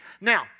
Now